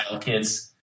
kids